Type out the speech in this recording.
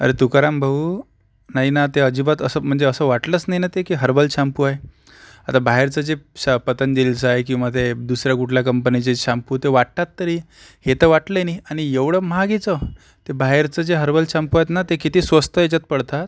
अरे तुकाराम भाऊ नाही ना ते अजिबात असं म्हणजे असं वाटलंच नाही ना ते की ते हर्बल शाम्पू आहे आता बाहेरचं जे शा पतंजलीचा आहे किंवा ते दुसऱ्या कुठल्या कंपनीचे शाम्पू ते वाटतात तरी हे तर वाटलंही नाही आणि एवढं महागाचं ते बाहेरचं जे हर्बल शाम्पू आहेत ना ते किती स्वस्त याच्यात पडतात